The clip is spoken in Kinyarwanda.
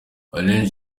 alain